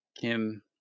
kim